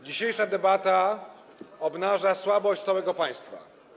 Dzisiejsza debata obnaża słabość całego państwa.